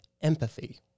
empathy